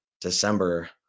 December